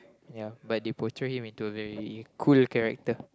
ya but they portray him into a very cool character